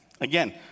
Again